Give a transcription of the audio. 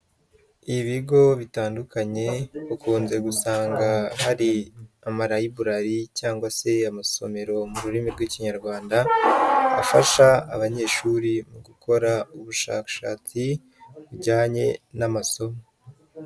Ibigo bitandukanye ukunze gusanga hari ama rayiburari cyangwase amasomero mu rurimi rw'ikinyarwanda afasha abanyeshuri mu gukora ubushakashatsi bujyanye n'amasomo.